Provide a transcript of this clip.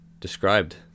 described